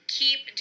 keep